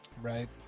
right